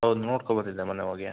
ಹೌದು ನೋಡ್ಕೊಬಂದಿದ್ದೆ ಮೊನ್ನೆ ಹೋಗಿ